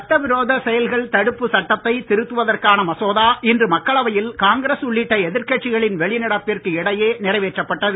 சட்ட விரோதச் செயல்கள் தடுப்பு சட்டத்தை திருத்துவதற்கான மசோதா இன்று மக்களவையில் காங்கிரஸ் உள்ளிட்ட எதிர்கட்சிகளின் வெளிநடப்பிற்கு இடையே நிறைவேற்றப்பட்டது